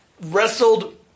wrestled